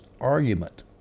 argument